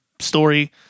story